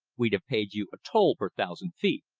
we'd have paid you a toll per thousand feet.